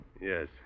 Yes